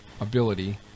ability